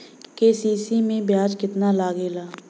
KCC में ब्याज कितना लागेला?